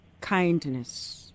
kindness